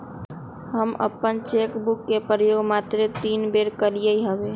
हम अप्पन cheque book के प्रयोग मातरे तीने बेर कलियइ हबे